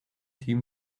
team